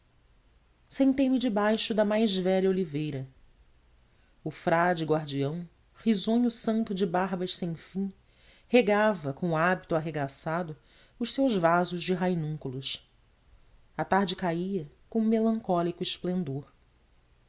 coração sentei-me debaixo da mais velha oliveira o frade guardião risonho santo de barbas sem fim regava com o hábito arregaçado os seus vasos de rainúnculos a tarde caia com melancólico esplendor